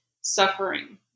suffering